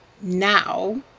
now